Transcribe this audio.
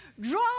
Draw